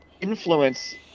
influence